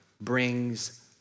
brings